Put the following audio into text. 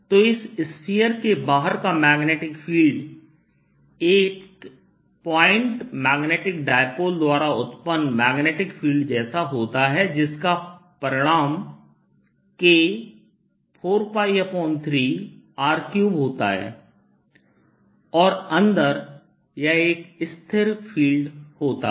तो इस स्फीयर के बाहर का मैग्नेटिक फील्ड एक पॉइंट मैग्नेटिक डाइपोल द्वारा उत्पन्न मैग्नेटिक फील्ड जैसा होता है जिसका परिमाण K4π3R3 होता है और अंदर यह एक स्थिर फील्ड होता है